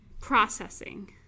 processing